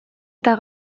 eta